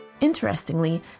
Interestingly